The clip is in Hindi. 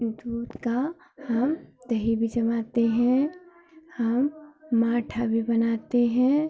दूध का हम दही भी जमाते हैं हम माठा भी बनाते हैं